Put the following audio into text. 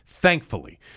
thankfully